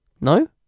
No